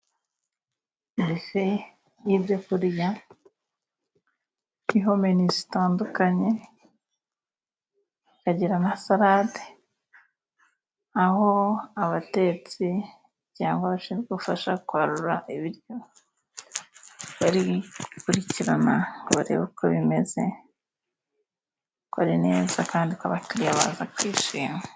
Bife y'ibyo kurya iriho meni zitandukanye ikagira na salade ,aho abatetsi cyangwa se abo gufasha kwarura ibiryo bari gukurikirana ngo barebe uko bimeze bakore neza kandi ko abakiriya baza kwishima